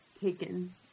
taken